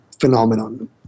phenomenon